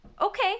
Okay